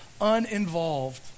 uninvolved